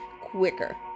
quicker